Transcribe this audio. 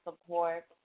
support